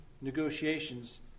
negotiations